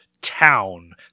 town